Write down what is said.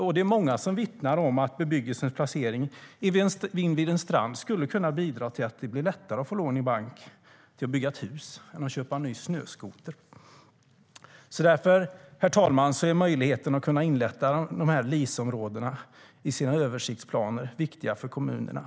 Och många vittnar om att bebyggelsens placering invid en strand skulle kunna bidra till att det blir lättare att få banklån för att bygga ett hus än för att köpa en ny snöskoter. Därför är möjligheten att inrätta LIS-områden i översiktsplanerna viktiga för kommunerna.